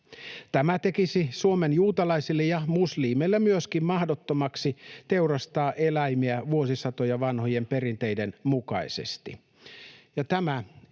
Tämä tekisi Suomen juutalaisille ja myöskin muslimeille mahdottomaksi teurastaa eläimiä vuosisatoja vanhojen perinteiden mukaisesti.